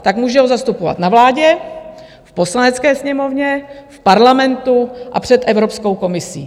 Tak může ho zastupovat na vládě, v Poslanecké sněmovně, v Parlamentu a před Evropskou komisí.